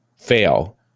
Fail